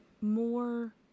more